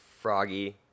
froggy